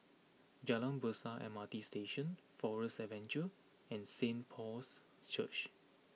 Jalan Besar M R T Station Forest Adventure and Saint Paul's Church